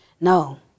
no